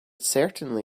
certainly